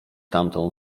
tamtą